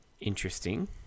interesting